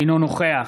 אינו נוכח